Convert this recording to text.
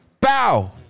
Bow